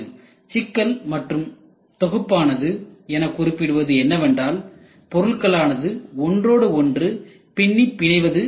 சிக்கல் மற்றும் தொகுப்பானது என குறிப்பிடுவது என்னவென்றால் பொருட்களானது ஒன்றோடு ஒன்று பின்னிப் பிணைவது ஆகும்